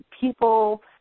people